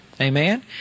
Amen